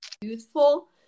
youthful